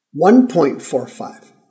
$1.45